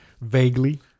vaguely